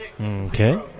Okay